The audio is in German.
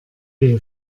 der